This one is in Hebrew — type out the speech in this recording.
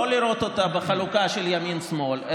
לא לראות אותה בחלוקה של ימין שמאל,